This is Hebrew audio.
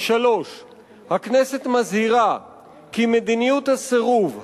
3. הכנסת מזהירה כי מדיניות הסירוב,